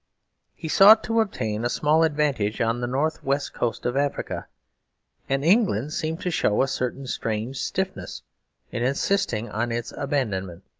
he sought to obtain a small advantage on the north-west coast of africa and england seemed to show a certain strange stiffness in insisting on its abandonment.